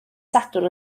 sadwrn